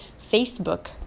Facebook